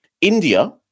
India